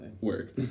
Work